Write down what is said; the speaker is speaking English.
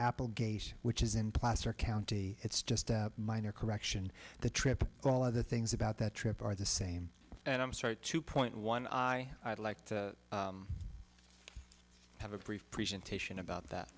applegate which is in placer county it's just a minor correction the trip all of the things about that trip are the same and i'm sorry two point one i would like to have a brief presentation about that